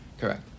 correct